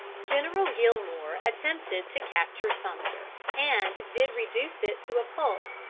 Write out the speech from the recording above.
general gillmore attempted to capture sumter, and did reduce it to a pulp,